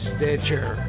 Stitcher